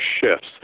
shifts